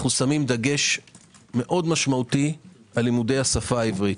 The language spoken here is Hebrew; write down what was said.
אנו שמים דגש מאוד משמעותי על לימודי השפה העברית.